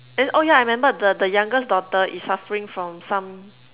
and oh yeah I remember the the youngest daughter is suffering from some